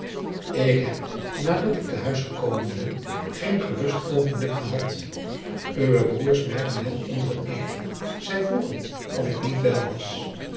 ik heb nadat ik te huis gekomen ben geen gerust oogenblik gehad uwe broêrs merkten het onder het eten zij vroegen of ik niet wel was